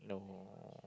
no